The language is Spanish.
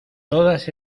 todas